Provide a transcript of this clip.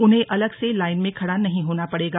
उन्हें अलग से लाईन में खड़ा नहीं होना पड़ेगा